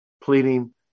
pleading